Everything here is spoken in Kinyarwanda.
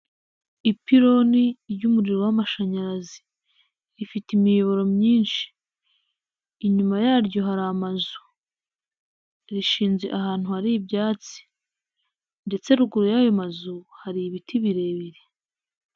Ipironi ry'umuriro w'amashanyarazi. Rifite imiyoboro myinshi. Inyuma yaryo hari amazu. Rishinze ahantu hari ibyatsi. Ndetse ruguru y'ayo mazu hari ibiti birebire.